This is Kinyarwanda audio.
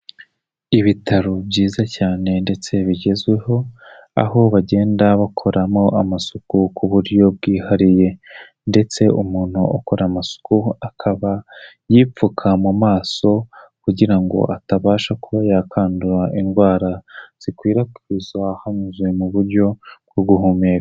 Ibitaro byiza cyane ndetse bigezweho aho bagenda bakoramo amasuku ku buryo bwihariye ndetse umuntu ukora amasuku akaba yipfuka mu maso kugira ngo atabasha kuba yakandura indwara zikwirakwizwa hanyuze mu buryo bwo guhumeka.